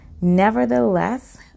Nevertheless